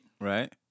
Right